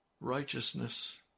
Righteousness